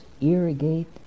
irrigate